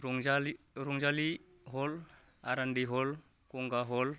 रंजालि हल आर एन दि हल गंगा हल